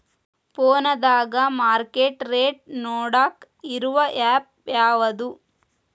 ಫೋನದಾಗ market rate ನೋಡಾಕ್ ಇರು ಆ್ಯಪ್ ಯಾವದು?